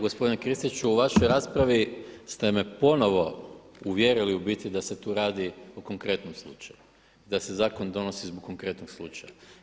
Gospodine Kristiću, u vašoj raspravi ste me ponovno uvjerili u biti da se tu radi o konkretnom slučaju i da se zakon donosi zbog konkretnog slučaja.